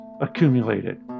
accumulated